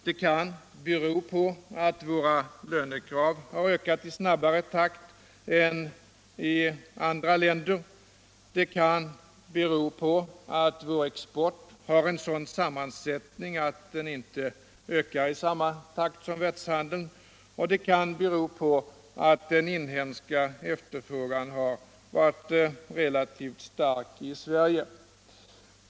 Det kan bero på att våra lönekrav har ökat i snabbare takt än lönekraven i andra tländer. Det kan bero på att vår export har en sådan sammansättning att den inte ökar i samma takt som världshandeln. och det kan bero på att den inhemska efterfrågan har varit relativt stark.